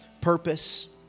purpose